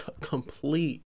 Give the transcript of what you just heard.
Complete